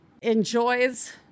enjoys